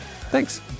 thanks